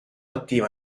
attiva